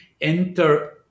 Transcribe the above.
enter